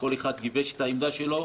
כל אחד גיבש את העמדה שלו,